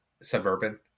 suburban